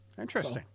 Interesting